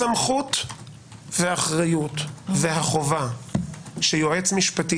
הסמכות והאחריות והחובה שיועץ משפטי